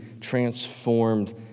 transformed